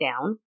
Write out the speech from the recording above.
down